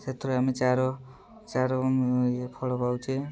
ସେଥିରେ ଆମେ ଚାର ଚାର ଇଏ ଫଳ ପାଉଛେ